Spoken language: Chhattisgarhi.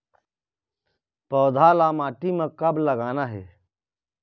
पौधा ला माटी म कब लगाना हे?